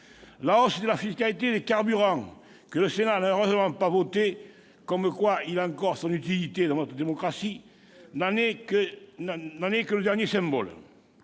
La hausse de la fiscalité des carburants, que le Sénat n'a heureusement pas votée- comme quoi, il a toute son utilité dans notre démocratie !-, n'en est que le dernier symbole.